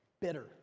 bitter